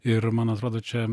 ir man atrodo čia